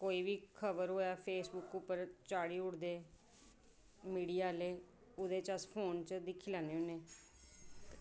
कोई बी खबर होऐ फेसबुक पर चाढ़ी ओड़दे मीडिया आह्ले ओह्दे च अस फोन पर दिक्खी लैन्ने होन्ने